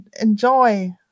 enjoy